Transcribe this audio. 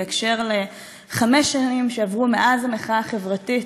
בהקשר של חמש השנים שעברו מאז המחאה החברתית,